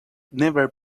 never